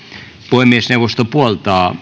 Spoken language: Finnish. puhemiesneuvosto puoltaa